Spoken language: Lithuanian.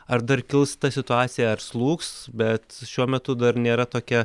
ar dar kils ta situacija ar slūgs bet šiuo metu dar nėra tokia